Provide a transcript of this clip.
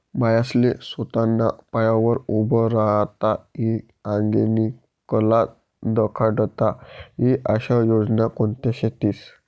बायास्ले सोताना पायावर उभं राहता ई आंगेनी कला दखाडता ई आशा योजना कोणत्या शेतीस?